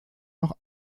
noch